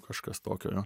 kažkas tokio